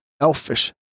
elfish